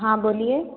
हाँ बोलिए